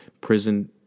prison